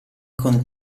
con